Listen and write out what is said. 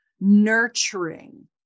nurturing